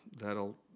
that'll